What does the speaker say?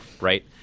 right